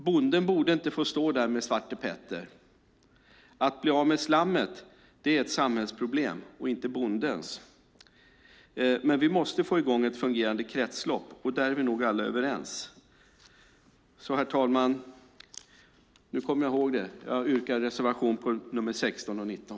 Bonden borde inte få stå där med Svarte Petter. Att bli av med slammet är ett samhällsproblem - inte bondens. Men vi måste få i gång ett fungerande kretslopp. Där är vi nog alla överens. Herr talman! Jag kom ihåg det: Jag yrkar bifall till reservationerna 16 och 19.